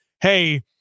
Hey